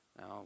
Now